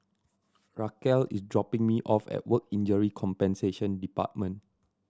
Racquel is dropping me off at Work Injury Compensation Department